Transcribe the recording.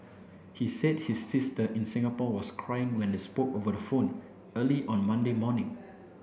he said his sister in Singapore was crying when they spoke over the phone early on Monday morning